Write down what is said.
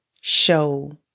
show